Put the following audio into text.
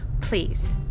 please